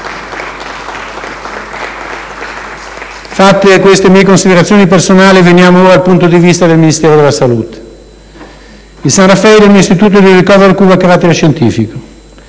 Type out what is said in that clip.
Fatte queste mie considerazioni personali, veniamo ora al punto di vista del Ministero della salute. Il San Raffaele è un istituto di ricovero e cura a carattere scientifico